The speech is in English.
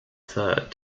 third